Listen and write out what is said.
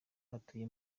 atuye